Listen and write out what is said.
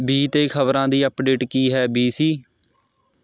B 'ਤੇ ਖਬਰਾਂ ਦੀ ਅਪਡੇਟ ਕੀ ਹੈ ਬੀ ਸੀ